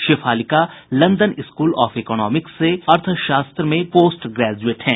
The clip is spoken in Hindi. Shefalika London School of Economics से अर्थशास्त्र में पोस्ट ग्रेजुएट हैं